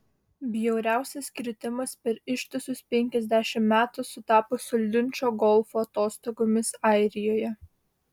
bjauriausias kritimas per ištisus penkiasdešimt metų sutapo su linčo golfo atostogomis airijoje